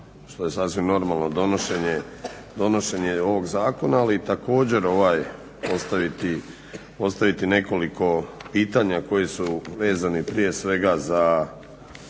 što je sasvim normalno, donošenje ovog zakona. Ali i također ovaj postaviti nekoliko pitanja koja su vezana, prije svega za